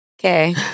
okay